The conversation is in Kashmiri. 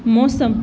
موسم